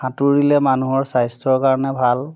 সাঁতুৰিলে মানুহৰ স্বাস্থ্যৰ কাৰণে ভাল